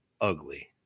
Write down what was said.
ugly